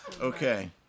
okay